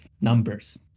numbers